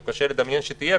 או קשה לדמיין שתהיה.